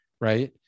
right